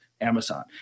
Amazon